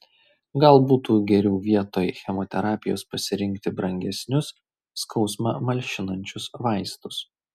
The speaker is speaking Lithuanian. gal būtų geriau vietoj chemoterapijos pasirinkti brangesnius skausmą malšinančius vaistus